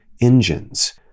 engines